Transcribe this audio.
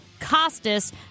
Costas